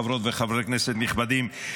חברות וחברי כנסת נכבדים,